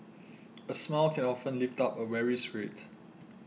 a smile can often lift up a weary spirit